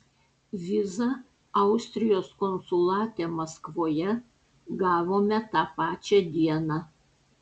vizą austrijos konsulate maskvoje gavome tą pačią dieną